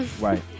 Right